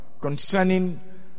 concerning